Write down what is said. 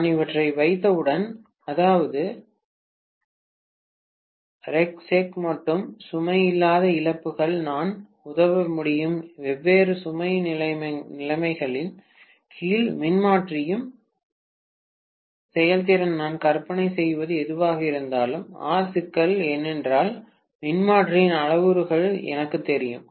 நான் இவற்றை வைத்தவுடன் அதாவது ரெக் செக் மற்றும் சுமை இல்லாத இழப்புகள் நான் உதவ முடியும் வெவ்வேறு சுமை நிலைமைகளின் கீழ் மின்மாற்றியின் செயல்திறன் நான் கற்பனை செய்வது எதுவாக இருந்தாலும் அ சிக்கல் ஏனென்றால் மின்மாற்றியின் அளவுருக்கள் எனக்குத் தெரியும்